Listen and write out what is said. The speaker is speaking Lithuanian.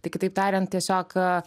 tai kitaip tariant tiesiog